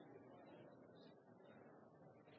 de årene. Det var